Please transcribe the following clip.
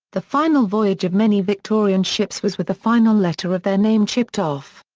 the final voyage of many victorian ships was with the final letter of their name chipped off.